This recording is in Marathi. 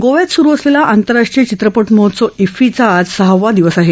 गोव्यात सुरु असलेला आंतरराष्ट्रीय चित्रपट महोत्सव इफ्फीचा आज सहावा दिवस आहे